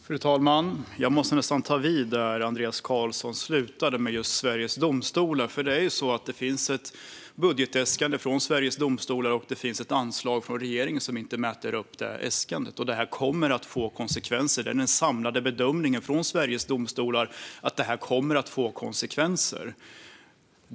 Fru talman! Jag måste nästan ta vid där Andreas Carlson slutade. Det gäller just Sveriges Domstolar. Det finns ett budgetäskande från Sveriges Domstolar, och det finns ett anslag från regeringen som inte möter upp det äskandet. Det kommer att få konsekvenser; det är den samlade bedömningen från Sveriges Domstolar att det kommer att få konsekvenser.